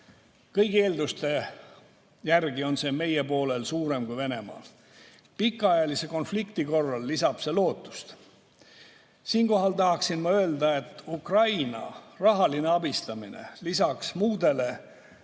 Kõigi eelduste järgi on see meie poolel suurem kui Venemaal. Pikaajalise konflikti korral lisab see lootust. Siinkohal tahaksin ma öelda, et Ukraina rahaline abistamine lisaks muudele